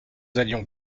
allions